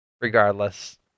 regardless